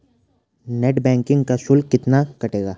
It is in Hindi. नेट बैंकिंग का शुल्क कितना कटेगा?